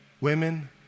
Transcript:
Women